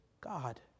God